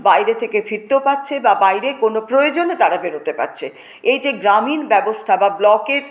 বাইরে থেকে ফিরতেও পারছে বা বাইরে কোনো প্রয়োজনে তারা বেরোতে পারছে এই যে গ্রামীণ ব্যবস্থা বা ব্লকের